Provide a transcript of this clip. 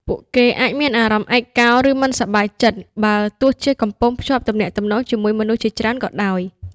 ពួកគេអាចមានអារម្មណ៍ឯកោ ឬមិនសប្បាយចិត្ត បើទោះជាកំពុងភ្ជាប់ទំនាក់ទំនងជាមួយមនុស្សជាច្រើនក៏ដោយ។